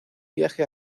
viaje